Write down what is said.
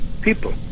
people